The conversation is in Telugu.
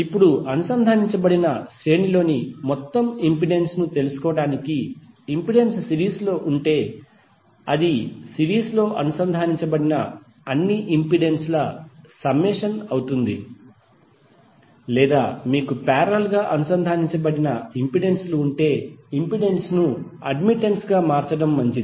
ఇప్పుడు అనుసంధానించబడిన శ్రేణిలోని మొత్తం ఇంపెడెన్స్ ను తెలుసుకోవడానికి ఇంపెడెన్స్ సిరీస్ లో ఉంటే అది సిరీస్ లో అనుసంధానించబడిన అన్ని ఇంపెడెన్స్ ల సమ్మేషన్ అవుతుంది లేదా మీకు పారేలల్ గా అనుసంధానించబడిన ఇంపెడెన్స్ లు ఉంటే ఇంపెడెన్స్ ను అడ్మిటెన్స్ గా మార్చడం మంచిది